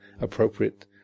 appropriate